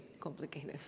complicated